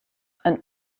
and